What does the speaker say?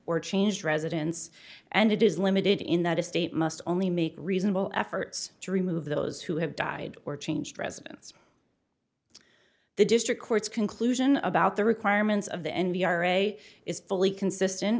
or changed residence and it is limited in that a state must only make reasonable efforts to remove those who have died or changed residence the district courts conclusion about the requirements of the n p r a is fully consistent